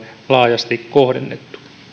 laajasti kohdennettu